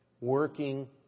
working